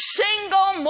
single